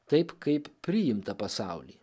taip kaip priimta pasauly